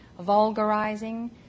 vulgarizing